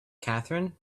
catherine